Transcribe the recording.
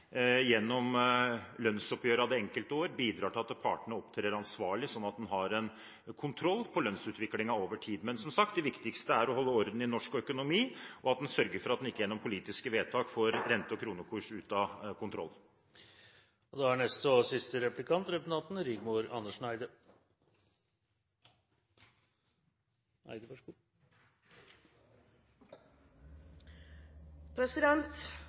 gjennom lønnsoppgjørene de enkelte år bidrar til at partene opptrer ansvarlig, sånn at vi har kontroll på lønnsutviklingen over tid. Men, som sagt, det viktigste er å holde orden i norsk økonomi og sørge for at man ikke, gjennom politiske vedtak, får rente- og kronekurs ut av kontroll. Opposisjonen står ofte alene om forslag, og denne gangen er det forslaget om en industrimelding. Sist dette var behandlet, som er under en uke siden, trakk representanten